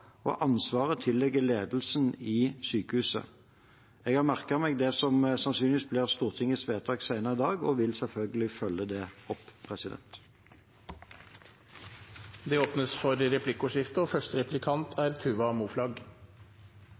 og ansvaret tilligger ledelsen i sykehuset. Jeg har merket meg det som sannsynligvis blir Stortingets vedtak, og vil selvfølgelig følge det opp. Det blir replikkordskifte. Det har vært et stort engasjement de siste dagene og